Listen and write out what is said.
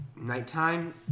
nighttime